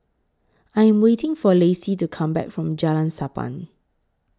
I Am waiting For Lacie to Come Back from Jalan Sappan